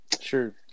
sure